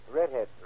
Redhead